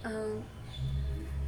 err